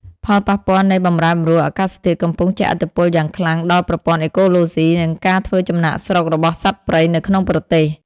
ផលប៉ះពាល់នៃបម្រែបម្រួលអាកាសធាតុកំពុងជះឥទ្ធិពលយ៉ាងខ្លាំងដល់ប្រព័ន្ធអេកូឡូស៊ី និងការធ្វើចំណាកស្រុករបស់សត្វព្រៃនៅក្នុងប្រទេស។